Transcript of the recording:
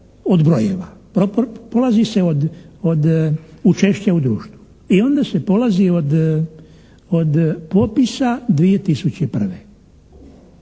od brojeva, polazi se od učešća u društvu i onda se polazi od popisa 2001.